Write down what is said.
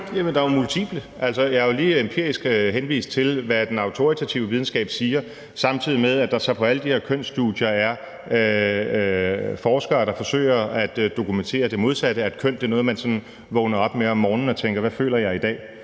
der er jo multiple. Jeg har lige empirisk henvist til, hvad den autoritative videnskab siger, samtidig med at der så på alle de der kønsstudier er forskere, der forsøger at dokumentere det modsatte, nemlig at køn er noget, man sådan vågner op med om morgenen og tænker: Hvad føler jeg i dag?